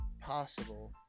possible